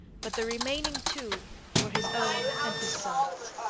but the remaining two were his own and his son's.